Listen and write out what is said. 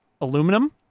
aluminum